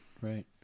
right